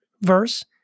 verse